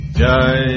jai